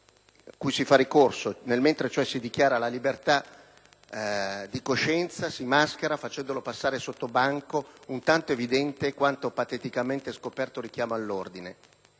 cui si fa ricorso: nel mentre, cioè, si dichiara la libertà di coscienza, si maschera, facendolo passare sottobanco, un tanto evidente quanto pateticamente scoperto richiamo all'ordine.